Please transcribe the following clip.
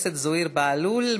תודה רבה לך, חבר הכנסת זוהיר בהלול.